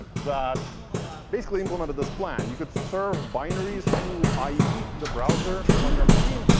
that basically implemented this plan. you could serve binaries to ie, the browser on your machine.